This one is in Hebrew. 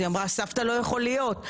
היא אמרה: סבתא, לא יכול להיות.